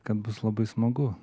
kad bus labai smagu